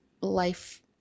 life